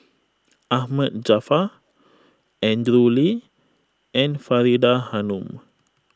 Ahmad Jaafar Andrew Lee and Faridah Hanum